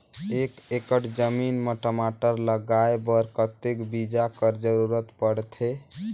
एक एकड़ जमीन म टमाटर लगाय बर कतेक बीजा कर जरूरत पड़थे?